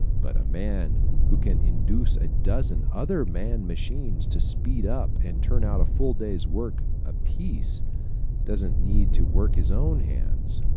but a man who can induce a dozen other man-machines to speed up and turn out a full day's work apiece doesn't need to work his own hands.